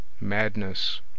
Madness